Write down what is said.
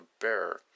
bear